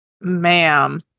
Ma'am